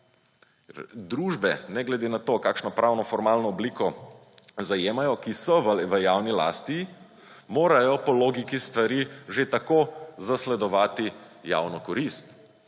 Družbe, ne glede na to, kakšno pravnoformalno obliko zajemajo, ki so v javni lasti, morajo po logiki stvari že tako zasledovati javno korist.